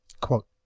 Quote